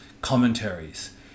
commentaries